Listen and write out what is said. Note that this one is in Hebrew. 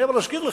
אני מזכיר לך: